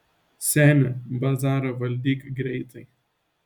seni bazarą valdyk greitai